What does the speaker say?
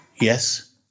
Yes